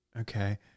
Okay